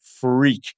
freak